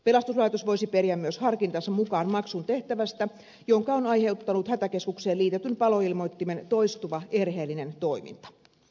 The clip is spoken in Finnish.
pelastuslaitos voisi periä myös harkintansa mukaan maksun tehtävästä jonka on aiheuttanut hätäkeskukseen liitetyn paloilmoittimen toistuva erheellinen toiminta